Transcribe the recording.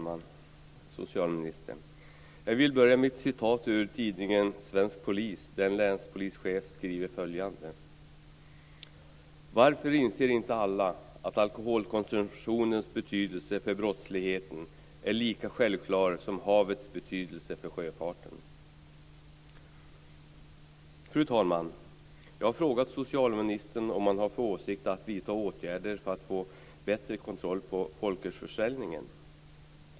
Fru talman! Jag vill börja med att referera ur tidningen Svensk Polis där en länspolischef skriver följande: Varför inser inte alla att alkoholkonsumtionens betydelse för brottsligheten är lika självklar som havets betydelse för sjöfarten. Fru talman! Jag har frågat socialministern om han har för avsikt att vidta åtgärder för att få bättre kontroll över folkölsförsäljningen.